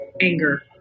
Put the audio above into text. anger